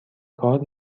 کار